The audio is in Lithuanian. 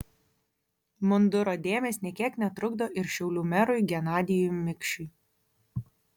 munduro dėmės nė kiek netrukdo ir šiaulių merui genadijui mikšiui